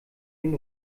den